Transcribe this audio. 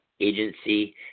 agency